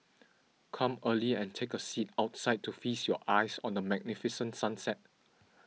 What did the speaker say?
come early and take a seat outside to feast your eyes on the magnificent sunset